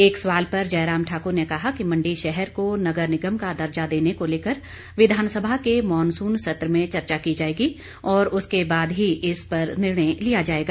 एक सवाल पर जयराम ठाकुर ने कहा कि मंडी शहर को नगर निगम का दर्जा देने को लेकर विधानसभा के मॉनसून सत्र में चर्चा की जाएगी और उसके बाद ही इस पर निर्णय लिया जाएगा